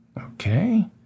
Okay